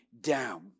down